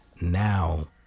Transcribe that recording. now